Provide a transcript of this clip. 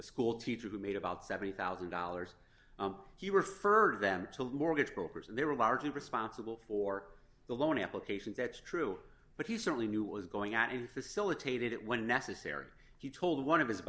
a schoolteacher who made about seventy thousand dollars he referred to them until mortgage brokers and they were largely responsible for the loan applications that's true but he certainly knew was going out in facilitated it when necessary he told one of his